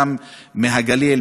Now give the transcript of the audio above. גם מהגליל,